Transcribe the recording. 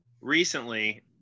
recently